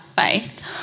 faith